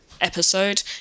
episode